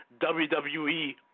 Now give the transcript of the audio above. WWE